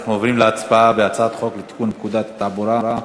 אנחנו עוברים להצבעה על הצעת חוק לתיקון פקודת התעבורה (מס'